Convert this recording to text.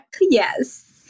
Yes